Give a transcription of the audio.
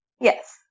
Yes